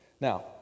Now